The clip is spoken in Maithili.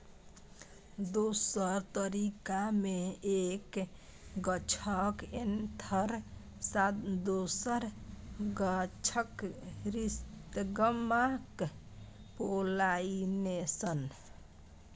दोसर तरीका मे एक गाछक एन्थर सँ दोसर गाछक स्टिगमाक पोलाइनेशन